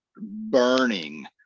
burning